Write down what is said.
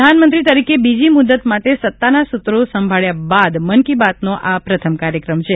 પ્રધાનમંત્રી તરીકે બીજી મુદ્દત માટે સત્તાના સૂત્રો સંભાળ્યા બાદ મન કી બાતનો આ પ્રથમ કાર્યક્રમ છે